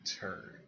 turn